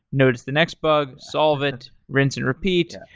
notice the next bug, solve it, rinse and repeat.